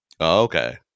Okay